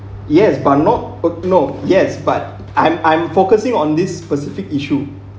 yes but not no yes but I'm I'm focusing on this specific issue